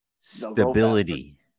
stability